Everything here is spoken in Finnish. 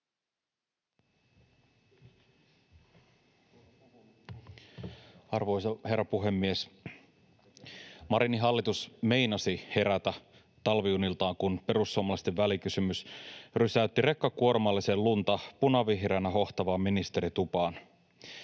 Arvoisa herra puhemies! Marinin hallitus meinasi herätä talviuniltaan, kun perussuomalaisten välikysymys rysäytti rekkakuormallisen lunta punavihreänä hohtavaan ministeritupaan.